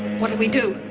what do we do?